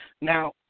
Now